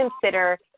consider